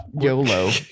YOLO